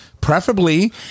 Preferably